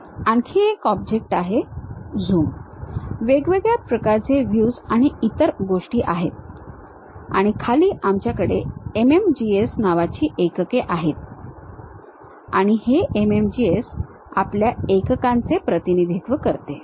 येथे आणखी एक ऑब्जेक्ट आहे झूम वेगवेगळ्या प्रकारचे व्ह्यूज आणि इतर गोष्टी आहेत आणि खाली आमच्याकडे MMGS नावाची एकके आहे आणि हे MMGS आपल्या एककांचे प्रतिनिधित्व करते